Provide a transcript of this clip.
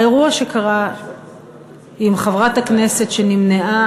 האירוע שקרה עם חברת הכנסת שנמנעה,